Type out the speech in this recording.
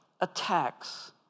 attacks